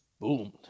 boomed